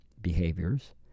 behaviors